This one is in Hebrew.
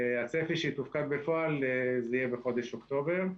הצפי הוא שהיא תופקד בפועל בחודש אוקטובר.